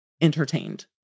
entertained